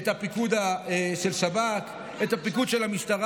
את הפיקוד של שב"כ, את הפיקוד של המשטרה.